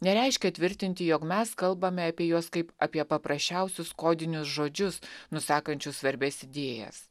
nereiškia tvirtinti jog mes kalbame apie juos kaip apie paprasčiausius kodinius žodžius nusakančius svarbias idėjas